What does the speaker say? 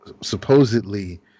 supposedly